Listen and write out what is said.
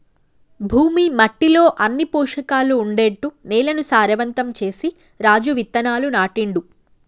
భూమి మట్టిలో అన్ని పోషకాలు ఉండేట్టు నేలను సారవంతం చేసి రాజు విత్తనాలు నాటిండు